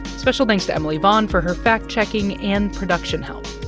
special thanks to emily vaughn for her fact-checking and production help.